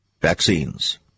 vaccines